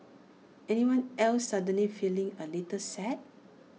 anyone else suddenly feeling A little sad